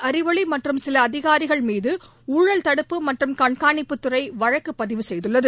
அறிவொளி மற்றும் சில அதிகாரிகள்மீது ஊழல் தடுப்பு மற்றும் கண்காணிப்பு இயக்குநரகம் வழக்குப் பதிவு செய்துள்ளது